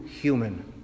human